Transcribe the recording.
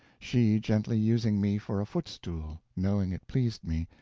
she gently using me for a foot-stool, knowing it pleased me,